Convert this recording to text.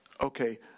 Okay